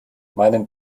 meinen